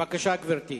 בבקשה, גברתי.